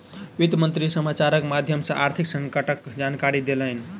वित्त मंत्री समाचारक माध्यम सॅ आर्थिक संकटक जानकारी देलैन